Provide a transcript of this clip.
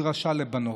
מדרשה לבנות.